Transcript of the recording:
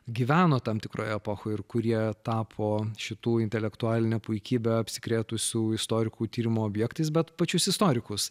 gyveno tam tikroje epochoje ir kurie tapo šitų intelektualinę puikybę apsikrėtusių istorikų tyrimo objektais bet pačius istorikus